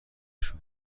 نشو